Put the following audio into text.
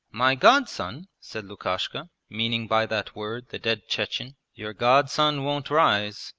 my godson said lukashka, meaning by that word the dead chechen. your godson won't rise,